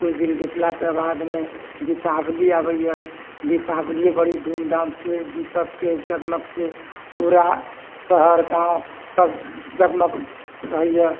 कुछ दिन बितलाके बादमे दीपावली आबैए दीपावलियो बड़ी धूमधामसँ दीपकके जगमगसँ पूरा शहर गाँव सभ जगमग रहैए